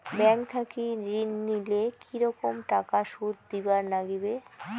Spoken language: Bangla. ব্যাংক থাকি ঋণ নিলে কি রকম টাকা সুদ দিবার নাগিবে?